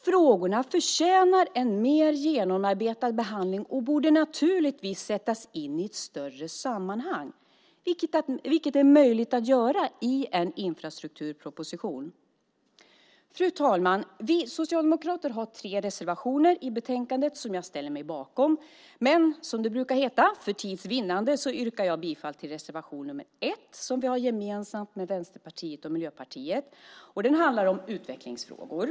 Frågorna förtjänar en mer genomarbetad behandling och borde naturligtvis sättas in i ett större sammanhang, vilket är möjligt att göra i en infrastrukturproposition. Fru talman! Vi socialdemokrater har tre reservationer i betänkandet som jag ställer mig bakom, men, som det brukar heta, för tids vinnande yrkar jag bifall till reservation 1 som vi har gemensamt med Vänsterpartiet och Miljöpartiet. Den handlar om utvecklingsfrågor.